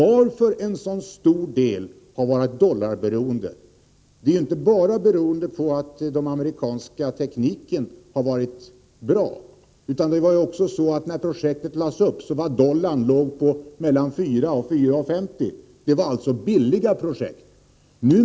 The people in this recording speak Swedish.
Att en så stor del har varit dollarberoende har inte bara orsakats av att den amerikanska tekniken har varit bra. När projektet lades upp låg dollarn mellan 4 och 4:50. Det var alltså fråga om billiga projekt.